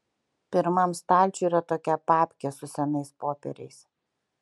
pirmam stalčiuj yra tokia papkė su senais popieriais